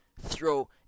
throw